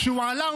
כשהוא עלה,